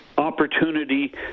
Opportunity